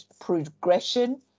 progression